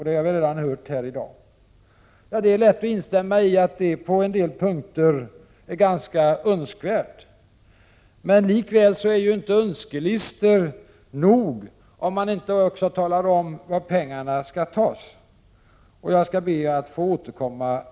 Det har vi redan hört här i dag. Det är lätt att instämma i att det på en del punkter är önskvärt. Likväl är önskelistor inte nog, om man inte också talar om var pengarna skall tas. Jag återkommer till detta.